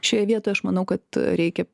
šioje vietoj aš manau kad reikia